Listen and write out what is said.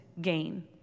gain